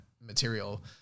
material